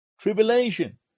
tribulation